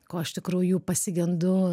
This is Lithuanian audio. ko iš tikrųjų pasigendu